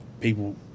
people